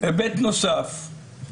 היבט נוסף: